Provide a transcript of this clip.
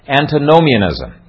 antinomianism